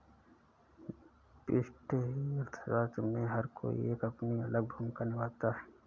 व्यष्टि अर्थशास्त्र में हर कोई एक अपनी अलग भूमिका निभाता है